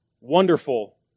wonderful